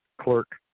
clerk